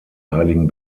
heiligen